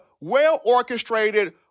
well-orchestrated